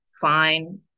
fine